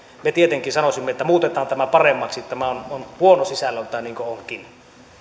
me tietenkin sanoisimme että muutetaan tämä paremmaksi tämä on huono sisällöltään niin kuin onkin